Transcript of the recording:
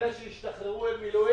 האנשים האלה עוזבים את הבית,